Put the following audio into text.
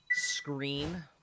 screen